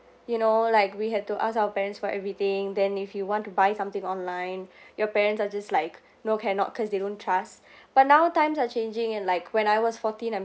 you know like we had to ask our parents for everything then if you want to buy something online your parents are just like no cannot cause they don't trust but now times are changing and like when I was fourteen I'm